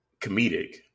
comedic